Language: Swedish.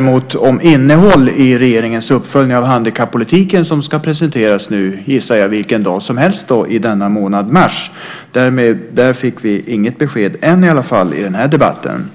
min andra fråga om innehåll i regeringens uppföljning av handikappolitiken, som jag gissar ska presenteras vilken dag som helst i mars månad, har vi i alla fall inte ännu fått något besked i den här debatten.